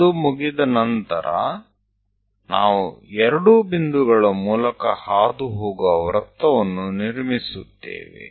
ಅದು ಮುಗಿದ ನಂತರ ನಾವು ಎರಡೂ ಬಿಂದುಗಳ ಮೂಲಕ ಹಾದುಹೋಗುವ ವೃತ್ತವನ್ನು ನಿರ್ಮಿಸುತ್ತೇವೆ